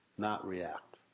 not react.